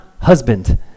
husband